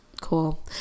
cool